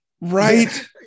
right